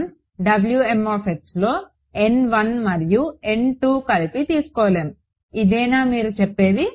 మనం Wmలో మరియు కలిపి తీసుకోలేము ఇదేనా మీరు చెప్పేది